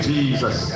Jesus